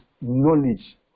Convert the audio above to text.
knowledge